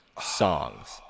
songs